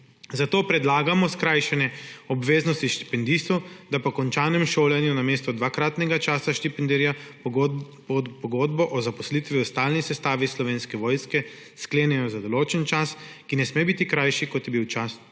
Zato predlagamo skrajšane obveznosti štipendistov, da po končanem šolanju namesto dvakratnega časa štipendiranja pogodbo o zaposlitvi v stalni sestavi Slovenske vojske sklenejo za določen čas, ki ne sme biti krajši, kot je bil čas